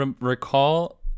recall